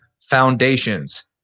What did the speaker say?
Foundations